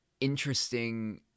interesting